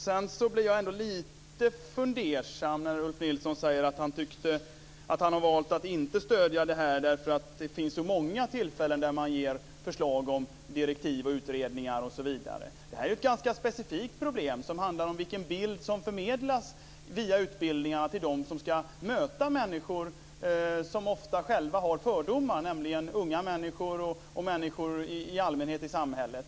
Sedan blir jag lite fundersam när Ulf Nilsson säger att han har valt att inte stödja vår reservation därför att det finns så många tillfällen där man ger förslag till direktiv, utredningar osv. Det här är ju ett ganska specifikt problem som handlar om vilken bild som förmedlas via utbildningarna till dem som ska möta människor som ofta själva har fördomar, nämligen unga människor och människor i allmänhet i samhället.